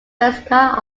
basilica